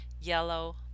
yellow